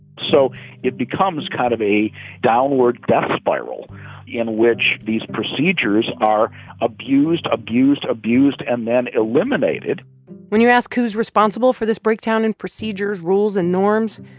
so it becomes kind of a downward death spiral in which these procedures are abused, abused, abused and then eliminated when you ask who's responsible for this breakdown in procedures, rules and norms,